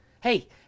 hey